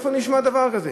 איפה נשמע דבר כזה?